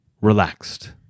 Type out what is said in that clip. relaxed